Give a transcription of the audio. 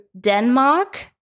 Denmark